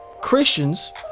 christians